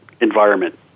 environment